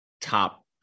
top